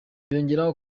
yongeraho